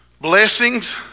Blessings